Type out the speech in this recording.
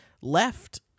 left